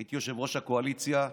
הייתי יושב-ראש הקואליציה,